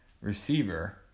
receiver